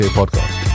podcast